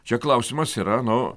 čia klausimas yra nu